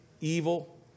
evil